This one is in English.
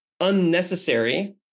unnecessary